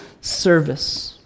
service